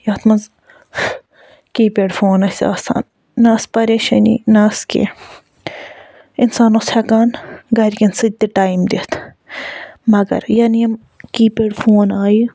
یَتھ منٛز keypad phone ٲسۍ آسان نہ ٲسۍ پَریشٲنی نہ ٲسۍ کیٚنہہ اِنسان اوس ہٮ۪کان گرِکٮ۪ن سۭتۍ تہِ ٹایم دِتھ مَگر یَنہٕ یِم کی پٮ۪ڈ فون آیہ